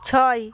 ছয়